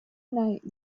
night